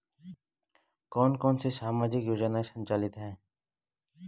कौन कौनसी सामाजिक योजनाएँ संचालित है?